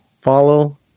follow